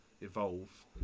evolve